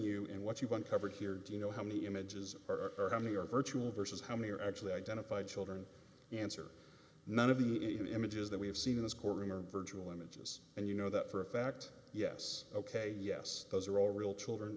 you in what you want covered here do you know how many images are or how many are virtual versus how many are actually identified children answer none of the images that we have seen in this courtroom are virtual images and you know that for a fact yes ok yes those are all real children